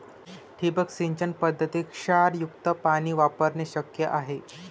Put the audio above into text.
ठिबक सिंचन पद्धतीत क्षारयुक्त पाणी वापरणे शक्य आहे